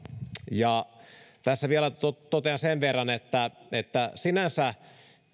ja tässä vielä totean sen verran että että sinänsä